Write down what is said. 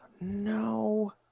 No